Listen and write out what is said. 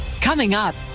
coming up,